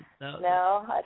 No